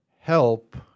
help